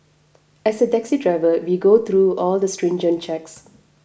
as a taxi driver we go through all the stringent checks